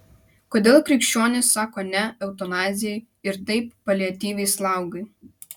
kodėl krikščionys sako ne eutanazijai ir taip paliatyviai slaugai